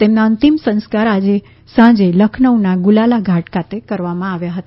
તેમના અંતિમ સંસ્કાર આજે સાંજે લખનૌના ગુલાલા ઘાટ ખાતે કરવામાં આવ્યા હતા